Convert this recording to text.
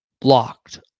Blocked